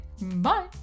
Bye